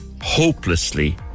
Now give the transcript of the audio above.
Hopelessly